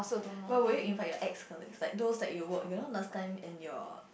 but will you invite your ex colleagues like those that you work you know last time in your